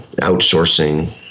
outsourcing